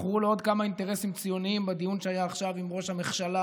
מכרו לו עוד כמה אינטרסים ציוניים בדיון שהיה עכשיו עם ראש המכשלה,